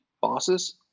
bosses